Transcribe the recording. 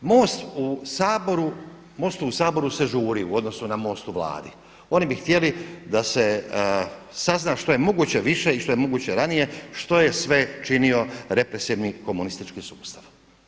MOST-u u Saboru se žuri u odnosu na MOST u Vladi, oni bi htjeli da se sazna što je moguće više i što je moguće ranije što je sve činio represivni komunistički sustav.